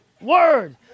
word